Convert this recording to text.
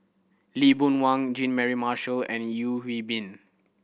Lee Boon Wang Jean Mary Marshall and Yeo Hwee Bin